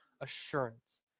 assurance